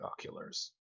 oculars